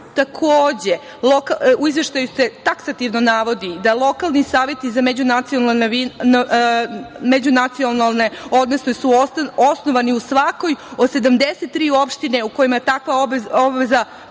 Izveštaju se taksativno navodi da lokalni saveti za međunacionalne odnose su osnovani u svakoj od 73 opštine u kojima je takva obaveza